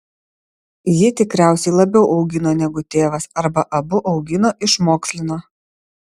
ji tikriausiai labiau augino negu tėvas arba abu augino išmokslino